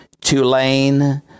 Tulane